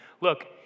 Look